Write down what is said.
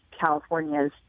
California's